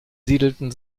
siedelten